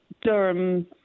Durham